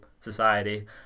society